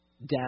Death